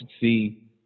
see